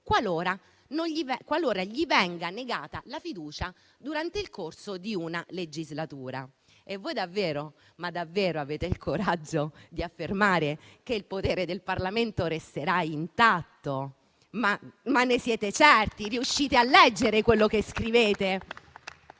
qualora gli venga negata la fiducia durante il corso di una legislatura. Ma davvero avete il coraggio di affermare che il potere del Parlamento resterà intatto? Ne siete certi? Riuscite a leggere quello che scrivete?